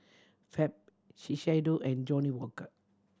Fab Shiseido and Johnnie Walker